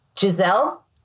Giselle